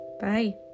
Bye